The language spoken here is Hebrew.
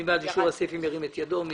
מי בעד אישור סעיפים 84, 85, 86, 90, 93?